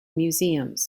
museums